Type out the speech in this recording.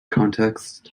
context